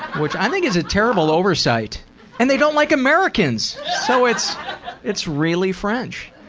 which i think is a terrible oversight and they don't like americans! so it's it's really french.